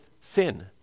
sin